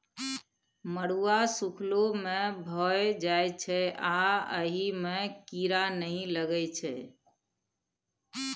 मरुआ सुखलो मे भए जाइ छै आ अहि मे कीरा नहि लगै छै